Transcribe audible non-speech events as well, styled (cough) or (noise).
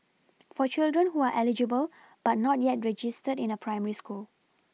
(noise) for children who are eligible but not yet registered in a primary school